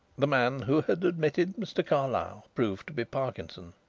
the man who had admitted mr. carlyle proved to be parkinson.